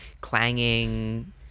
clanging